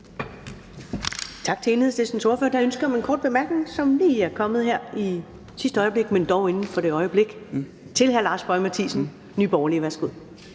Tak til Enhedslistens ordfører. Der er et ønske om en kort bemærkning, som lige er kommet her i sidste øjeblik, men dog inden for det øjeblik, til hr. Lars Boje Mathiesen, Nye Borgerlige. Værsgo.